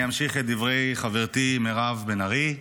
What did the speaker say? אני אמשיך את דברי חברתי מירב בן ארי,